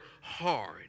hard